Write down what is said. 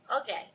Okay